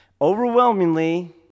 overwhelmingly